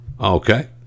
okay